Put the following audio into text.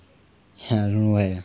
ya I don't know why eh